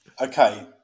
Okay